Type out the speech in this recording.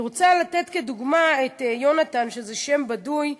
אני רוצה לתת כדוגמה את יונתן, שם בדוי,